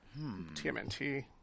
TMNT